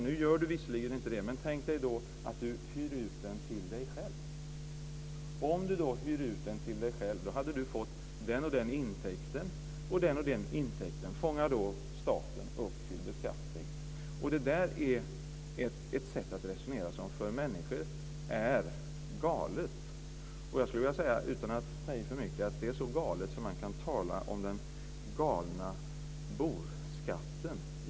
Nu gör du visserligen inte det, men tänk dig att du hyr ut den till dig själv. Om du hade hyrt ut den till dig själv hade du fått den och den intäkten, och den intäkten fångar staten upp för beskattning. Det är ett sätt att resonera som för människor är galet. Jag skulle vilja säga, utan att ta i för mycket, att det är så galet att man kan tala om den galna boskatten.